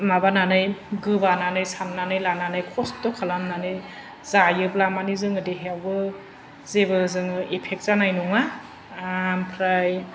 माबानानै गोबानानै साननानै लानानै खस्थ' खालामनानै जायोब्ला मानि जोङो देहायावबो जेबो जोङो एफेक्ट जानाय नङा आमफ्राय